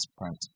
print